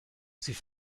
sie